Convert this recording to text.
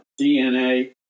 DNA